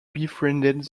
befriended